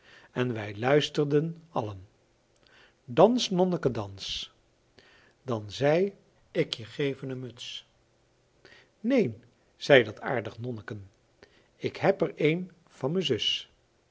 en wij luisterden allen dans nonneke dans dan zei ik je geven een muts neen zei dat aardig nonneke ik heb er een van me zus